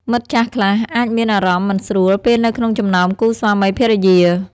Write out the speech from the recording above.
មិត្តចាស់ខ្លះអាចមានអារម្មណ៍មិនស្រួល ពេលនៅក្នុងចំណោមគូស្វាមីភរិយា។